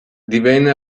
divenne